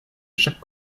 chaque